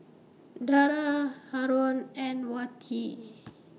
Dara Haron and Wati